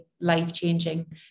life-changing